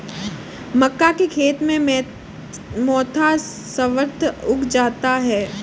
मक्का के खेत में मोथा स्वतः उग जाता है